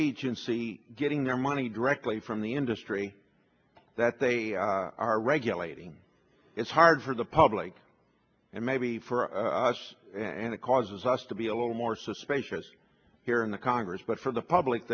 agency getting their money directly from the industry that they are regulating it's hard for the public and maybe for us and it causes us to be a little more suspicious here in the congress but for the public